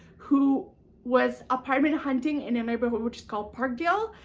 who was apartment hunting in a neighborhood which is called parkdale.